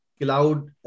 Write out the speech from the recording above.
cloud